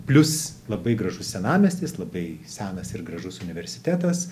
plius labai gražus senamiestis labai senas ir gražus universitetas